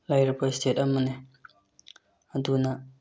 ꯂꯥꯏꯔꯕ ꯏꯁꯇꯦꯠ ꯑꯃꯅꯤ ꯑꯗꯨꯅ